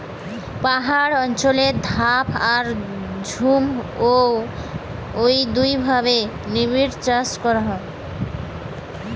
পাহাড় অঞ্চলে ধাপ আর ঝুম ঔ দুইভাবে নিবিড়চাষ করা হয়